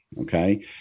Okay